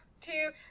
two